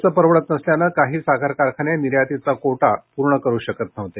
खर्च परवडत नसल्यानं काही साखर कारखाने निर्यातीचा कोटा पूर्ण करू शकत नव्हते